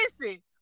Listen